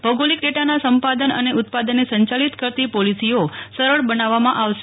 ભૌગોલિક ડેટાના સંપાદન અને ઉત્પાદનને સંચાલિત કરતી પોલિસીઓ સરળ બનાવવામાં આવશે